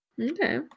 Okay